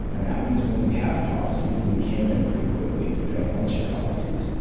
and that means when we have policies, and we came in and pretty quickly put down a bunch of policies,